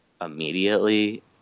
immediately